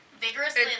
vigorously